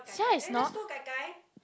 sia is not